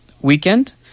weekend